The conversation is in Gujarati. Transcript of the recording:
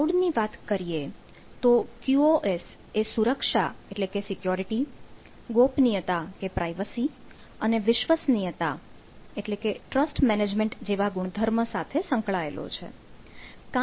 ક્લાઉડ ની વાત કરીએ તો QoS એ સુરક્ષા ગોપનીયતા અને વિશ્વસનીયતા જેવા ગુણધર્મ સાથે સંકળાયેલો છે